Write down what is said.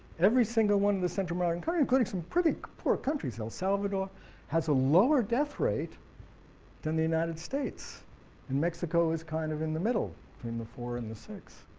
every single one of the central american countries, including some pretty poor countries, el salvador has a lower death rate then the united states and mexico is kind of in the middle between the four and the six.